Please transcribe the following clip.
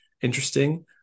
interesting